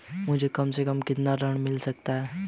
मुझे कम से कम कितना ऋण मिल सकता है?